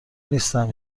نیستم